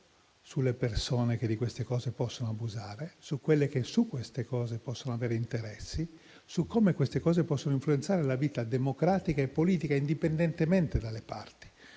sulle persone che di queste cose possono abusare, sulle persone che su queste cose possono avere interessi, su come queste cose possono influenzare la vita democratica e politica, indipendentemente dalle parti.